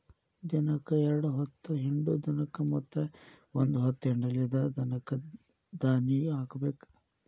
ದಿನಕ್ಕ ಎರ್ಡ್ ಹೊತ್ತ ಹಿಂಡು ದನಕ್ಕ ಮತ್ತ ಒಂದ ಹೊತ್ತ ಹಿಂಡಲಿದ ದನಕ್ಕ ದಾನಿ ಹಾಕಬೇಕ